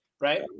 Right